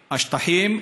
מהשטחים.